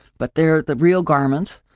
but they're the real garment.